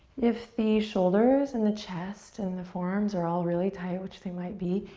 if the shoulders and the chest and the forearms are all really tight, which they might be,